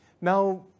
Now